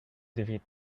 defeat